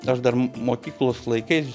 aš dar mokyklos laikais